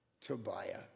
Tobiah